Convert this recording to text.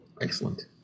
Excellent